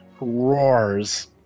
roars